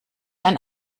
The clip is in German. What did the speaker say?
ein